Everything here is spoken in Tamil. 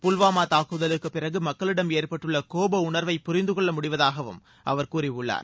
புல்வாமா தாக்குதலுக்கு பிறகு மக்களிடம் ஏற்பட்டுள்ள கோப உணர்வை புரிந்துகொள்ள முடிவதாகவும் அவர் கூறியுள்ளார்